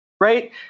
Right